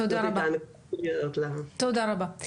תודה רבה.